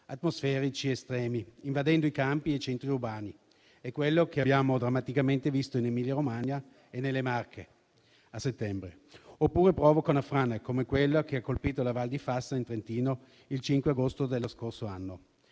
atmosferici estremi, invadendo i campi e i centri urbani - è quello che abbiamo drammaticamente visto in Emilia-Romagna e nelle Marche a settembre - oppure provocano frane come quella che ha colpito la Val di Fassa in Trentino il 5 agosto dello scorso anno.